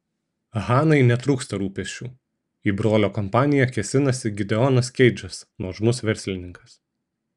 hanai netrūksta rūpesčių į brolio kompaniją kėsinasi gideonas keidžas nuožmus verslininkas